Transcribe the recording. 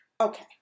Okay